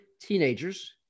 teenagers